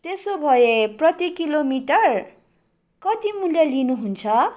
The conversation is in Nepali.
त्यसो भए प्रतिकिलोमिटर कति मूल्य लिनुहुन्छ